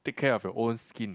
take care of your own skin